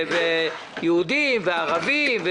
יהודים וערבים,